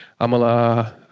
Amala